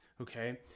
okay